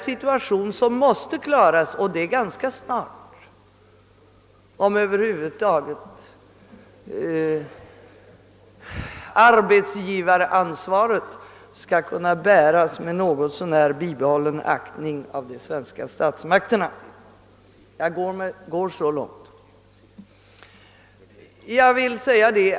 Situationen måste nämligen klaras och det ganska snart, om arbetsgivaransvaret med något så när bibehållen aktning skall kunna bäras av de svenska statsmakterna — jag går så långt att jag säger det.